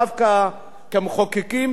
דווקא כמחוקקים,